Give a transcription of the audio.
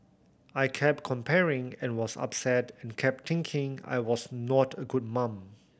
I kept comparing and was upset and kept thinking I was not a good mum